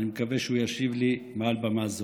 אני מקווה שהוא ישיב לי מעל במה זו.